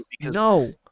No